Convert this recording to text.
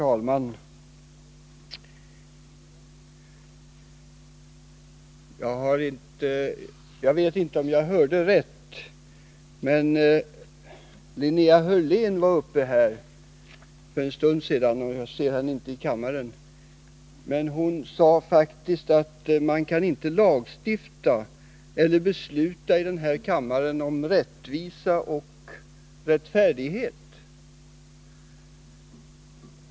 Herr talman! Jag vet inte om jag hörde rätt. Linnea Hörlén var uppe föt en stund sedan här — jag ser henne inte i kammaren nu — och hon sade faktiskt att man inte kan lagstifta eller besluta i den här kammaren om rättvisa och rättfärdighet.